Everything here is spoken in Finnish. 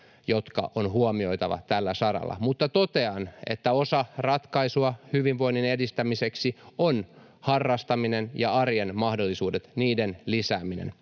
jotka on huomioitava tällä saralla, mutta totean, että osa ratkaisua hyvinvoinnin edistämiseksi on harrastamisen ja arjen mahdollisuuksien lisääminen.